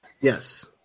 Yes